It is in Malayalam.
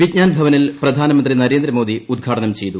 വിജ്ഞാൻ ഭവനിൽ പ്രധാനമന്ത്രി നരേന്ദ്രമോദി ഉദ്ഘാടനം ചെയ്തു